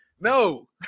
No